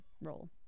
role